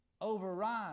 override